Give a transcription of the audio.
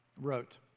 wrote